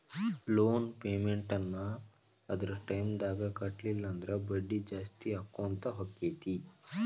loan payment ನ್ನ ಅದರ್ ಟೈಮ್ದಾಗ್ ಕಟ್ಲಿಲ್ಲಂದ್ರ ಬಡ್ಡಿ ಜಾಸ್ತಿಅಕ್ಕೊತ್ ಹೊಕ್ಕೇತಿ